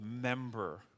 member